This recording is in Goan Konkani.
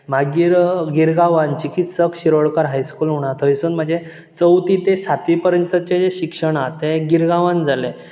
मागीर गिरगांवान चिकित्सक शिरोडकर हाय स्कूल म्हुणू हा थंयसर म्हाजें चवथी ते सातवी परयंतचे शिक्षण हा तें गिरगांवान जालें